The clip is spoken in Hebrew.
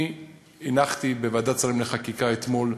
אני הנחתי בוועדת השרים לחקיקה אתמול,